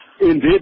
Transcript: Indeed